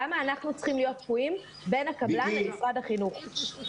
למה אנחנו צריכים להיות תקועים בין הקבלן למשרד החינוך?